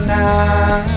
now